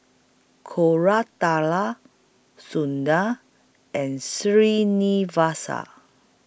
Koratala Sundar and Srinivasa